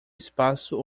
espaço